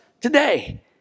today